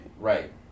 Right